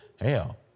hell